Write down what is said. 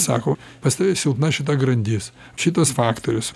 sako pas tave silpna šita grandis šitas faktorius